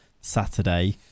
Saturday